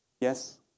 Yes